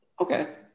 Okay